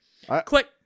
quick